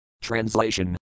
Translation